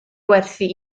gwerthu